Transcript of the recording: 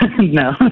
No